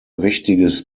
wichtiges